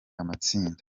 amatsinda